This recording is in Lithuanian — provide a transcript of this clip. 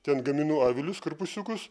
ten gaminu avilius korpusiukus